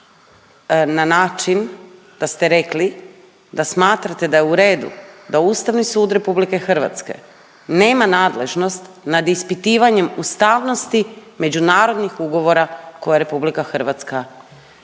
na način da ste rekli da smatrate da je u redu da Ustavni sud Republike Hrvatske nema nadležnost nad ispitivanjem ustavnosti međunarodnih ugovora koje Republika Hrvatska